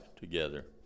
together